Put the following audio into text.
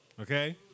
okay